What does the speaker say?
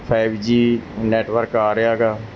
five G network ਆ ਰਿਹਾ ਹੈਗਾ